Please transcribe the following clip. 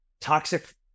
toxic